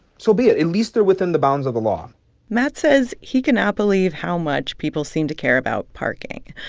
so be it. at least they're within the bounds of the law matt says he cannot believe how much people seem to care about parking.